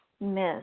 Miss